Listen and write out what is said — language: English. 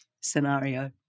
scenario